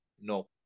no